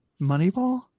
Moneyball